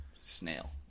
snail